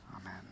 Amen